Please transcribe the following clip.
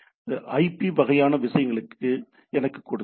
எனவே ஐபி வகையான விஷயங்களை எனக்குக் கொடுங்கள்